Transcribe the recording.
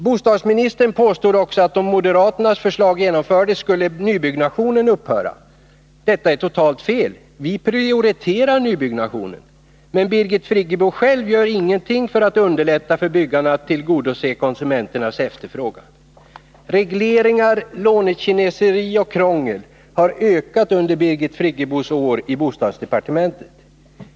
Bostadsministern påstod också att om moderaternas förslag genomfördes skulle nybyggnationen upphöra. Detta är totalt fel. Vi prioriterar nybyggnationen. Men Birgit Friggebo själv gör ingenting för att underlätta för byggarna att tillgodose konsumenternas efterfrågan. Regleringar, lånekineseri och krångel har ökat under Birgit Friggebos år i bostadsdepartementet.